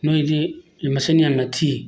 ꯅꯣꯏꯗꯤ ꯃꯆꯤꯟ ꯌꯥꯝꯅ ꯊꯤ